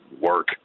work